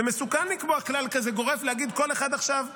זה מסוכן לקבוע כלל כזה גורף ולהגיד שכל אחד עכשיו ניגש.